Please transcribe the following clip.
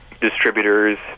distributors